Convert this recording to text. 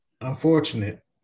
unfortunate